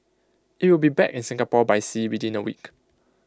IT will be back in Singapore by sea within A week